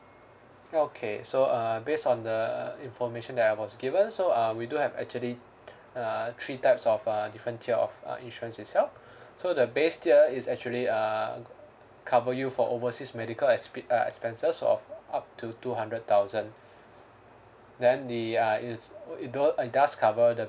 okay so uh based on the information that I was given so uh we do have actually err three types of uh different tier of uh insurance itself so the base tier is actually err cover you for overseas medical expe~ uh expenses of up to two hundred thousand then the uh ins~ it it does cover the